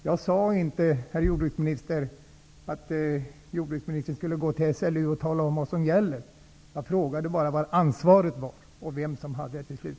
Jag sade inte, herr jordbruksminister, att jordbruksministern skulle gå till SLU och tala om vad som gäller -- jag frågade bara var och hos vem det slutliga ansvaret ligger.